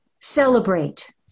celebrate